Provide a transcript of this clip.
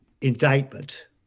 indictment